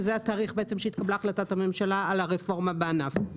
שזה בעצם התאריך שהתקבלה החלטת הממשלה על הרפורמה בענף.